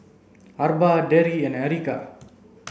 Arba Darry and Erica